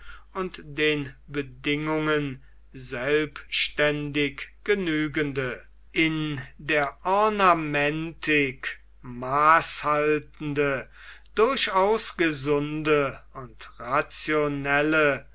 und den bedingungen selbständig genügende in der ornamentik maßhaltende durchaus gesunde und rationelle